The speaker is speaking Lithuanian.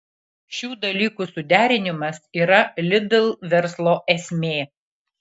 šių dalykų suderinimas yra lidl verslo esmė